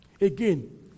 Again